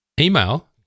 Email